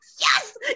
Yes